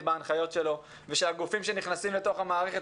בהנחיות שלו ושהגופים שנכנסים לתוך המערכת,